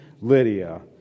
Lydia